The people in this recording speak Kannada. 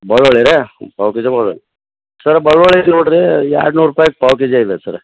ಬೆಳ್ಳುಳ್ಳಿನ ಪಾವು ಕೆಜಿ ಬೆಳ್ಳುಳ್ಳಿ ಸರ್ ಬೆಳ್ಳುಳ್ಳಿ ಇದು ನೋಡಿರಿ ಎರಡು ನೂರು ರುಪಾಯ್ಗೆ ಪಾವು ಕೆಜಿ ಇದೆ ಸರ